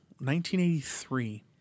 1983